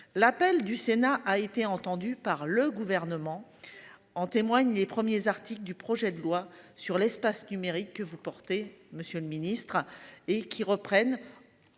L'appel du Sénat a été entendu par le gouvernement. En témoignent les premiers articles du projet de loi sur l'espace numérique que vous portez monsieur le Ministre, et qui reprennent.